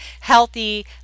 healthy